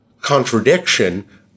contradiction